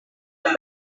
oleh